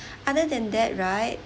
other than that right